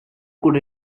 could